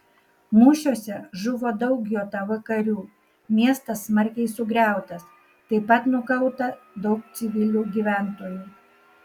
mūšiuose žuvo daug jav karių miestas smarkiai sugriautas taip pat nukauta daug civilių gyventojų